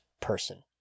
person